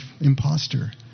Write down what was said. imposter